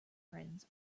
friends